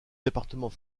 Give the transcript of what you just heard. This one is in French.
département